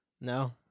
No